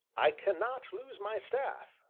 i cannot lose my staff,